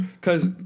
Cause